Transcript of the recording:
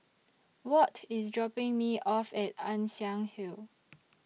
Watt IS dropping Me off At Ann Siang Hill